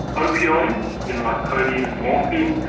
opiods like codeine and morphine,